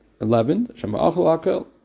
eleven